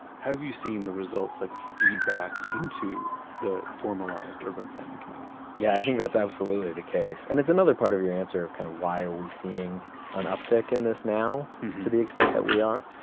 have you seen the results like feedback into the formalized urban planning community? yeah, i think that's absolutely the case. and it's another part of your answer of kind of why are we seeing an uptick in this now to the extent that we are.